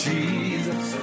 Jesus